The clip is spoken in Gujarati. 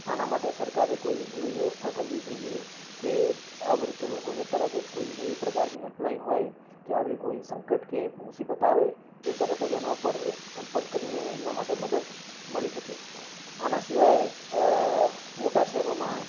આના માટે સરકારે કોઈ એવી વ્યવસ્થા કરવી જોઈએ કે આ વૃદ્ધ લોકોને તરત જ કોઈ એવી પ્રકારની હેલ્પલાઈન હોય આવી કોઈ સંકટ કે મુસીબત આવે તો તરત જ એના ઉપર સંપર્ક કરીને એમના માટે મદદ મળી શકે આના સિવાય મોટા શહેરોમાં